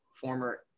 former